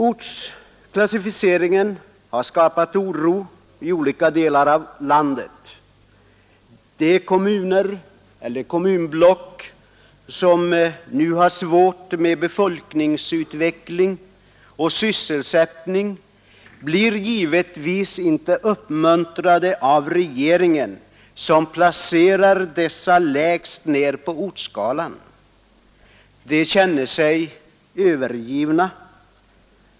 Ortsklassificeringen har skapat oro i olika delar av landet. De kommuner eller kommunblock som nu har svårt med befolkningsutveckling och sysselsättning blir givetvis inte uppmuntrade av regeringen, som placerar dessa längst ned på ortsskalan. De känner sig övergivna.